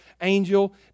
angel